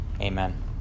Amen